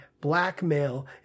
blackmail